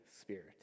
Spirit